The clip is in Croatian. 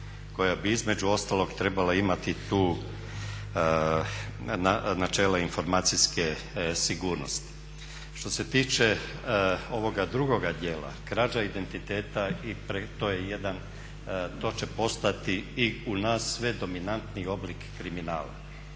koja bi između ostalog trebala imati tu načela informacijske sigurnosti. Što se tiče ovoga drugoga dijela, krađa identiteta, to će postati i u nas sve dominantniji oblik kriminala